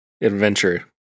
adventure